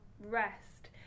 rest